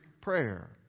prayer